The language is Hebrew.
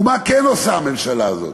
ומה כן עושה הממשלה הזאת?